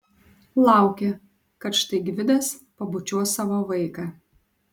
laukė kad štai gvidas pabučiuos savo vaiką